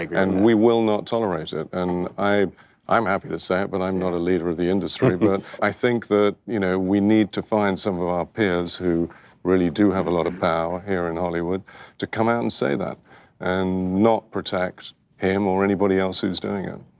like and we will not tolerate it. and i'm happy to say it, but i'm not a leader of the industry. but i think that you know we need to find some of our peers who really do have a lot of power here in hollywood to come out and say that and not protect him or anybody else who's doing it.